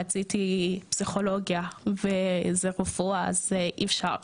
רציתי פסיכולוגיה וזה רפואה אז אי אפשר,